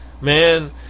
Man